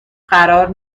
قرار